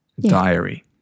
diary